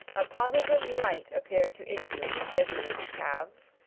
a positive light appeared to issue from fezziwig's calves.